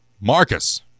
Marcus